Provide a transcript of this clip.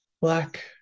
black